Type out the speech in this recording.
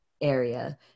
area